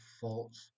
false